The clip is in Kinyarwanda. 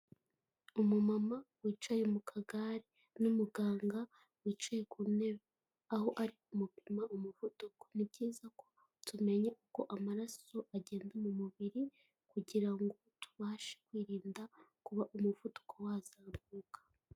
Umumama wicaye mu kagare n'umuganga wicaye ku ntebe, aho ari kumupima umuvuduko. Ni byiza ko tumenya uko amaraso agenda mu mubiri kugira ngo tubashe kwirinda kuba umuvuduko wazamuka.